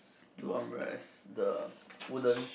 two armrest the wooden